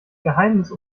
geheimnis